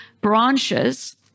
branches